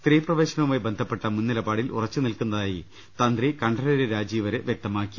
സ്ത്രീപ്രവേശനവുമായി ബന്ധപ്പെട്ട മുൻനിലപാടിൽ ഉറച്ചുനിൽക്കുന്നതായി തന്ത്രി കണ്ഠരര് രാജീവര് വ്യക്തമാക്കി